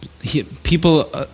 People